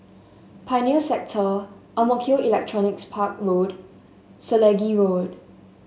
Pioneer Sector Ang Mo Kio Electronics Park Road Selegie Road